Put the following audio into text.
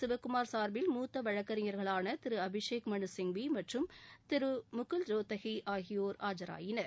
சிவகுமார் சார்பில் மூத்த வழக்கறிஞர்களான திரு அபிஷேக் மனு சிங்வி மற்றும் முகுல் ரோத்தகி ஆகியோர் ஆஜராகினர்